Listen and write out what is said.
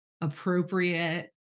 appropriate